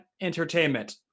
entertainment